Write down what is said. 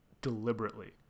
deliberately